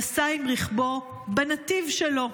נסע עם רכבו בנתיב שלו.